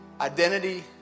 Identity